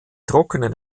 trockenen